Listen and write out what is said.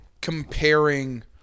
comparing